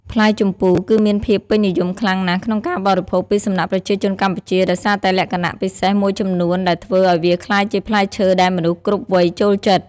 ផ្លែជម្ពូគឺមានភាពពេញនិយមខ្លាំងណាស់ក្នុងការបរិភោគពីសំណាក់ប្រជាជនកម្ពុជាដោយសារតែលក្ខណៈពិសេសមួយចំនួនដែលធ្វើឱ្យវាក្លាយជាផ្លែឈើដែលមនុស្សគ្រប់វ័យចូលចិត្ត។